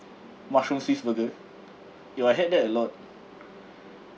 mushroom swiss burger yo I had that a lot